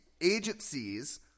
agencies